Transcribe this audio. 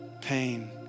pain